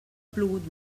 plogut